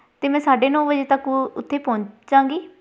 ਅਤੇ ਮੈਂ ਸਾਢੇ ਨੌ ਵਜੇ ਤੱਕ ਉੱਥੇ ਪਹੁੰਚਾਂਗੀ